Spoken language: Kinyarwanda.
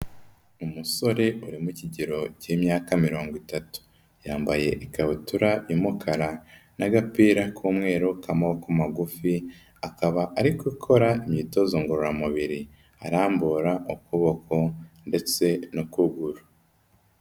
Umusore uri mu kigero cy'imyaka mirongo itatu, yambaye ikabutura y'umukara n'agapira k'umweru k'amaboko magufi, akaba ari gukora imyitozo ngororamubiri arambura ukuboko ndetse n'ukuguru.